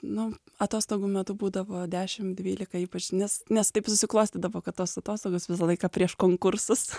nu atostogų metu būdavo dešim dvylika ypač nes nes taip susiklostydavo kad tos atostogas visą laiką prieš konkursus